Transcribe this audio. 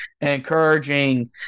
encouraging